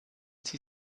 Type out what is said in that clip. sie